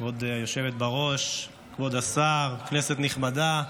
כבוד היושבת בראש, כבוד השר, כנסת נכבדה,